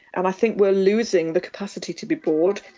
and i think we're losing the capacity to be bored.